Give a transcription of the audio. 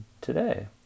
today